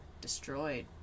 destroyed